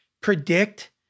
predict